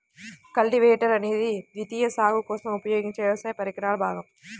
cultivator అనేది ద్వితీయ సాగు కోసం ఉపయోగించే వ్యవసాయ పరికరాల భాగం